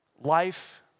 Life